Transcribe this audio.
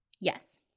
yes